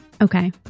Okay